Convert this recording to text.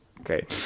Okay